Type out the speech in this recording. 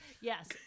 Yes